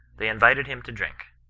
they invited him to drink.